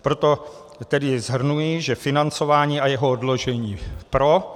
Proto tedy shrnuji, že financování a jeho odložení pro.